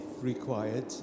required